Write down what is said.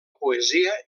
poesia